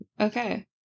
okay